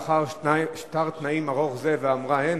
לאחר שטר תנאים ארוך זה, ואמרה הן?